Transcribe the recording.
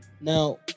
Now